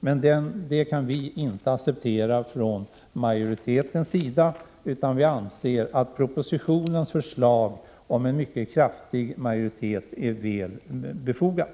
Men det kan vi inte acceptera från majoritetens sida, utan vi anser att propositionens förslag om en mycket kraftig majoritet är väl befogat.